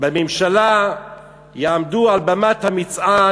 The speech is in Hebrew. "בממשלה יעמדו על במת המצעד,